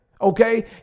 Okay